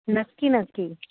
नक्की नक्की